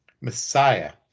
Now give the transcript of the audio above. Messiah